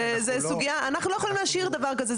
אנחנו לא יכולים להשאיר דבר כזה.